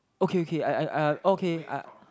okay okay I I I okay I